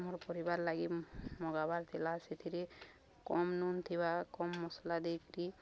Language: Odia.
ଆମର୍ ପରିବାର ଲାଗି ମଗାବାର୍ ଥିଲା ସେଥିରେ କମ୍ ନୁନ୍ ଥିବା କମ୍ ମସଲା ଦେଇକିରି